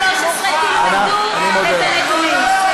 13-12. תלמדו את הנתונים.